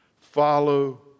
Follow